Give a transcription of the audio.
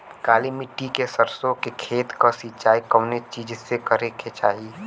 काली मिट्टी के सरसों के खेत क सिंचाई कवने चीज़से करेके चाही?